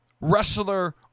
wrestler